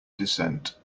descent